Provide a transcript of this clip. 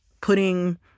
putting